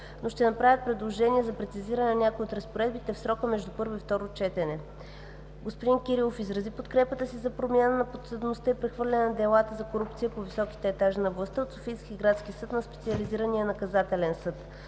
но ще направи предложения за прецизиране на някои от разпоредбите в срока между първо и второ четене. Господин Кирилов изрази подкрепата си за промяна на подсъдността и прехвърляне на делата за корупция по високите етажи на властта от Софийския градски съд на Специализирания наказателен съд.